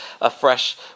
afresh